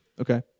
Okay